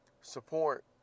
support